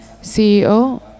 CEO